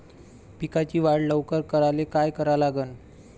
पिकाची वाढ लवकर करायले काय करा लागन?